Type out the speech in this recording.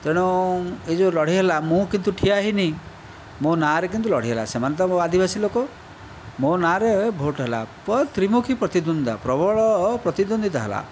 ତେଣୁ ଏହି ଯେଉଁ ଲଢ଼େଇ ହେଲା ମୁଁ କିନ୍ତୁ ଠିଆ ହୋଇନାହିଁ ମୋ' ନାଁରେ କିନ୍ତୁ ଲଢ଼େଇ ହେଲା ସେମାନେ ତ ଆଦିବାସୀ ଲୋକ ମୋ' ନାଁରେ ଭୋଟ୍ ହେଲା ପ୍ରାୟ ତ୍ରିମୁଖୀ ପ୍ରତିଦ୍ଵନ୍ଦିତା ପ୍ରବଳ ପ୍ରତିଦ୍ଵନ୍ଦିତା ହେଲା